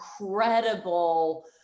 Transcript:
incredible